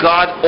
God